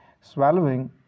swallowing